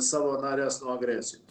savo nares nuo agresijos